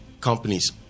companies